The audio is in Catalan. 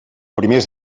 primers